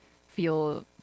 feel